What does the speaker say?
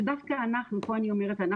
שדווקא אנחנו פה אני אומרת,